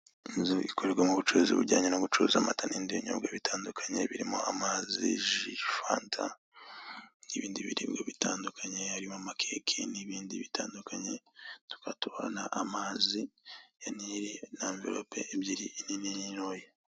Inzu ikorerwamo ubucuruzi bujyanye no gucuruza amata n'ibindi binyobwa bitandukanye birimo amazi, ji, fanta n'ibindi biribwa bitandukanye, harimo amakeke n'ibindi bitandukanye, tukaba tuhabona amazi ya Nile n'amverope ebyiri, inini n'intoya.